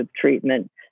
treatment